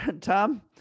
Tom